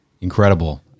Incredible